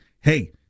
hey